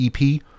EP